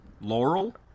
Laurel